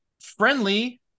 friendly